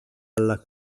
alla